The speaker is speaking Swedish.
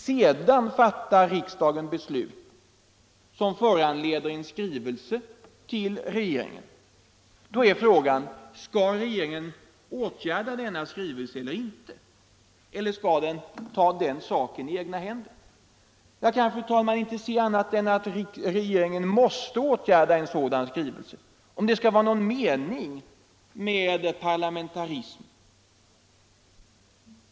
Sedan fattar riksdagen ett beslut som föranleder en skrivelse till regeringen. Då är frågan: Skall regeringen åtgärda denna speciella skrivelse eller inte? Eller skall den ta saken i egna händer? Jag kan, fru talman, inte se annat än att regeringen måste åtgärda en sådan skrivelse om det skall vara någon mening med vår parlamentarism.